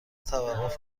توقف